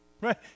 Right